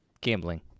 gambling